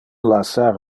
lassar